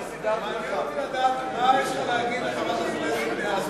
מעניין אותי לדעת מה יש לך להגיד לחברת הכנסת מסיעתך.